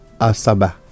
Asaba